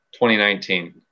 2019